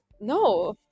No